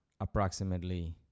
approximately